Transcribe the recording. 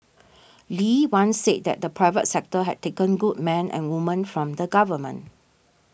Lee once said that the private sector had taken good men and women from the government